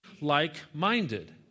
like-minded